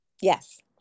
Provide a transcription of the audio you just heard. Yes